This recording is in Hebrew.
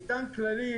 מטען כללי,